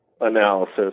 analysis